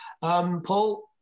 Paul